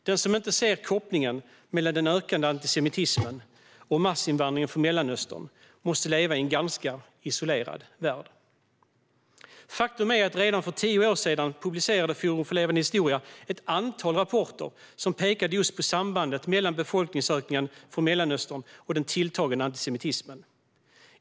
Den som inte ser kopplingen mellan den ökande antisemitismen och massinvandringen från Mellanöstern torde leva i en ganska isolerad värld. Faktum är att redan för tio år sedan publicerade Forum för levande historia ett antal rapporter som pekade just på sambandet mellan befolkningsökningen från Mellanöstern och den tilltagande antisemitismen.